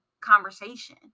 conversation